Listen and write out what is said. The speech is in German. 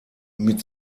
mit